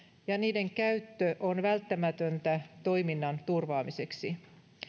ja niiden käyttö on välttämätöntä toiminnan turvaamiseksi